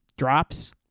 Drops